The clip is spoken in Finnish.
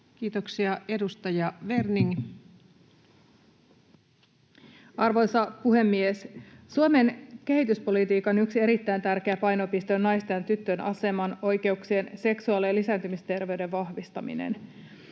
Time: 19:12 Content: Arvoisa puhemies! Suomen kehityspolitiikan yksi erittäin tärkeä painopiste on naisten ja tyttöjen aseman, oikeuksien ja seksuaali- ja lisääntymisterveyden vahvistaminen.